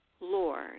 lord